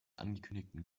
angekündigten